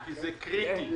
אני